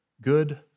good